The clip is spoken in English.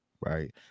right